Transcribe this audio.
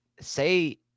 Say